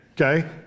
okay